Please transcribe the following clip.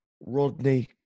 Rodney